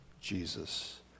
Jesus